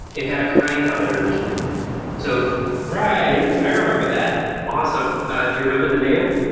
it had a crank on it originally so right. i remember that awesome. do you remember the name?